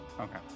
Okay